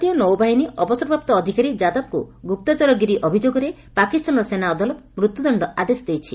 ଭାରତୀୟ ନୈବାହିନୀ ଅବସରପ୍ରାପ୍ତ ଅଧିକାରୀ ଯାଦବଙ୍କୁ ଦେଶଦ୍ରୋହ ଅଭିଯୋଗରେ ପାକିସ୍ତାନର ସେନା ଅଦାଲତ ମୃତ୍ୟୁଦଶ୍ଡ ଆଦେଶ ଦେଇଛି